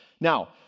Now